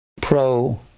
pro